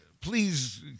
please